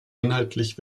inhaltlich